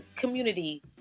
community